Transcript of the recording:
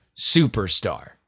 superstar